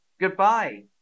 goodbye